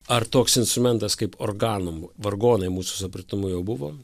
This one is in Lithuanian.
ar toks instrumentas kaip organum vargonai mūsų supratimu jau buvo